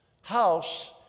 house